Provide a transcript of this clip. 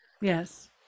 Yes